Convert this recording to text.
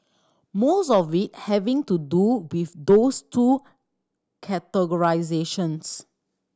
most of it having to do with those two categorisations